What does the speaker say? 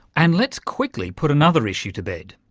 and let's quickly put another issue to bed.